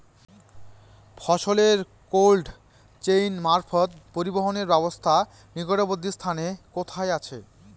ফসলের cold chain মারফত পরিবহনের ব্যাবস্থা নিকটবর্তী স্থানে কোথায় আছে?